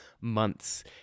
months